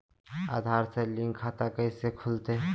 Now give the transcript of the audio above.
आधार से लिंक खाता कैसे खुलते?